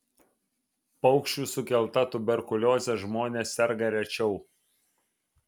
paukščių sukelta tuberkulioze žmonės serga rečiau